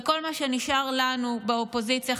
וכל מה שנשאר לנו באופוזיציה,